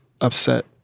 upset